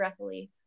breathily